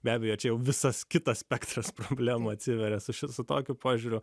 be abejo čia visas kitas spektras problemų atsiveria suši su tokiu požiūriu